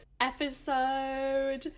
episode